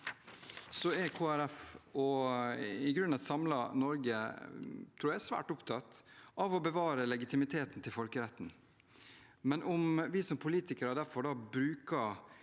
Folkeparti og i grunnen et samlet Norge, tror jeg, er svært opptatt av å bevare legitimiteten til folkeretten, men om vi som politikere bruker